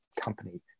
company